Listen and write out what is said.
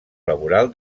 laboral